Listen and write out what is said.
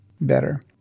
better